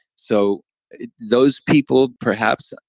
so those people, perhaps,